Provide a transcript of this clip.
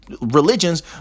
religions